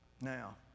Now